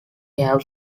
have